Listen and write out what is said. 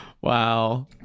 Wow